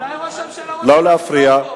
אולי ראש הממשלה רוצה, הוא חושב,